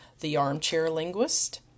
TheArmchairLinguist